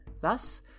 Thus